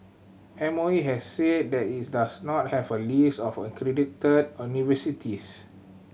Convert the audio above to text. M O E has said that it does not have a list of accredited